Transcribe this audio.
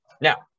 Now